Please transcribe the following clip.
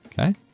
okay